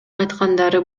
айткандары